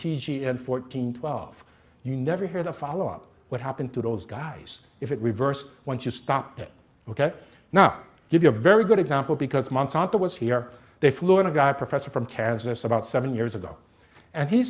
t g and fourteen twelve you never heard a follow up what happened to those guys if it reversed once you stopped it ok now give you a very good example because months arthur was here they flew in a guy a professor from kansas about seven years ago and he